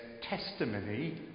testimony